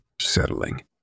settling